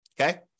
Okay